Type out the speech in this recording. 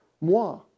moi